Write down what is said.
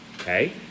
okay